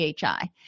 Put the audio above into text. PHI